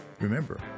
Remember